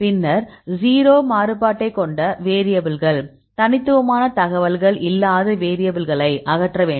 பின்னர் 0 மாறுபாட்டைக் கொண்ட வேரியபில்கள் தனித்துவமான தகவல்கள் இல்லாத வேரியபில்களை அகற்ற வேண்டும்